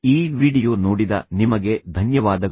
ಈ ವಿಡಿಯೋ ನೋಡಿದ ನಿಮಗೆ ಧನ್ಯವಾದಗಳು